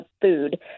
food